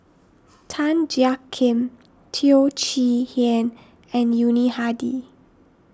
Tan Jiak Kim Teo Chee Hean and Yuni Hadi